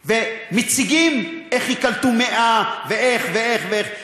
ומציגים איך ייקלטו 100 ואיך ואיך ואיך,